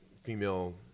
female